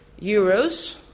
euros